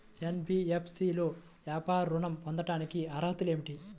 NBFC లో వ్యాపార ఋణం పొందటానికి అర్హతలు ఏమిటీ?